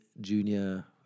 junior